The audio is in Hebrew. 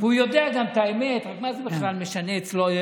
והוא גם יודע את האמת, אבל מה בכלל משנה אצלו?